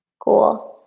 cool!